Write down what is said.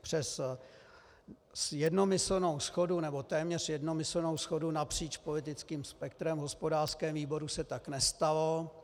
Přes jednomyslnou, nebo téměř jednomyslnou shodu napříč politickým spektrem v hospodářském výboru se tak nestalo.